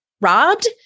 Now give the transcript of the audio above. robbed